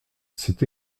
c’est